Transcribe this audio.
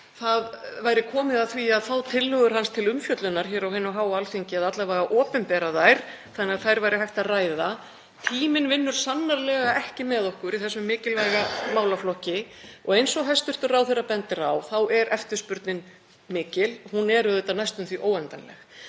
það væri komið að því að fá tillögur hans til umfjöllunar hér á hinu háa Alþingi eða alla vega opinbera þær þannig að þær væri hægt að ræða. Tíminn vinnur sannarlega ekki með okkur í þessum mikilvæga málaflokki og eins og hæstv. ráðherra bendir á er eftirspurnin mikil. Hún er auðvitað næstum því óendanleg.